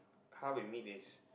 how we meet is